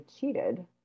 cheated